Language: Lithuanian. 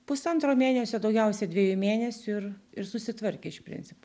pusantro mėnesio daugiausiai dviejų mėnesių ir ir susitvarkė iš principo